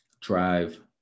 drive